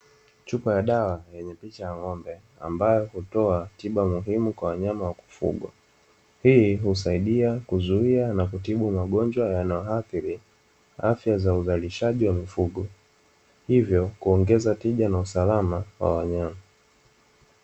Chupa ya dawa yenye picha ya ng’ombe, ambayo hutoa tiba muhimu kwa wanyama wa kufugwa. Hii husaidia kuzuia na kutibu magonjwa yanayoathiri afya za uzalishaji wa mifugo, hivyo kuongeza tija na usalama wa wanyama.